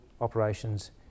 operations